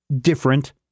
different